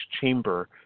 Chamber